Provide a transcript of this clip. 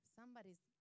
Somebody's